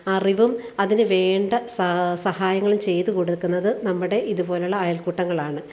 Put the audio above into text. അറിവും അതിനു വേണ്ട സഹായങ്ങളും ചെയ്തു കൊടുക്കുന്നത് നമ്മുടെ ഇതുപോലെയുള്ള അയൽക്കൂട്ടങ്ങളാണ്